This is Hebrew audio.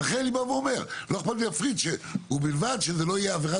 לא אכפת לי ובלבד שהייתה עבירה